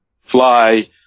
fly